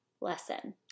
lesson